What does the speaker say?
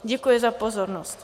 Děkuji za pozornost.